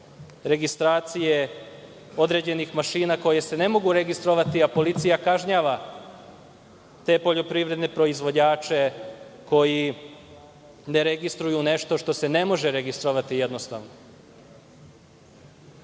registracije određenih mašina koje se ne mogu registrovati, a policija kažnjava te poljoprivredne proizvođače koji ne registruju nešto što se ne može registrovati. Gospodine